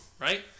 right